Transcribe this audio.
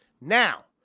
now